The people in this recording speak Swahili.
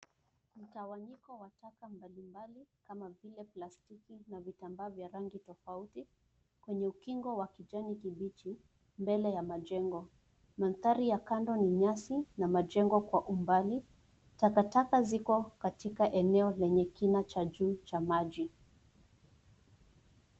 Mtawanyiko wa taka mbalimbali kama vile plastiki na vitambaa vya rangi tofauti kwenye ukingo wa kijani kibichi mbele ya majengo. Mandhari ya kando ni nyasi na majengo kwa umbali. Takataka ziko katika eneo lenye kina cha juu cha maji.